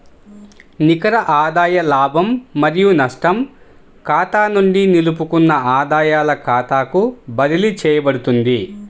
నికర ఆదాయ లాభం మరియు నష్టం ఖాతా నుండి నిలుపుకున్న ఆదాయాల ఖాతాకు బదిలీ చేయబడుతుంది